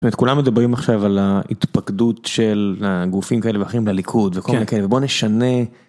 את כולם מדברים עכשיו על ההתפקדות של הגופים כאלה אחים לליכוד בוא נשנה.